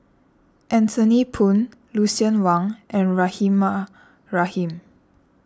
Anthony Poon Lucien Wang and Rahimah Rahim